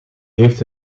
heeft